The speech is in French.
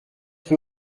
rue